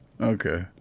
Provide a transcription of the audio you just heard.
Okay